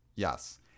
Yes